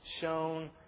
shown